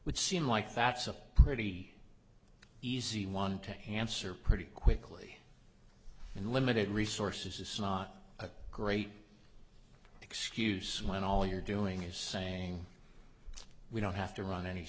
would seem like that's a pretty easy one to hansard pretty quickly unlimited resources is so not a great excuse when all you're doing is saying we don't have to run any